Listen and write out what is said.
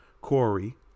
Corey